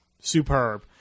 superb